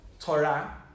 Torah